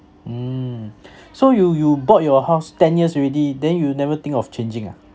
mm so you you bought your house ten years already then you never think of changing ah